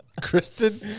Kristen